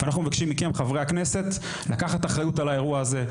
ואנחנו מבקשים מכם חברי הכנסת לקחת אחריות על האירוע הזה,